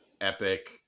epic